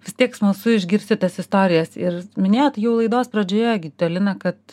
vis tiek smalsu išgirsti tas istorijas ir minėjot jau laidos pradžioje gi tą lina kad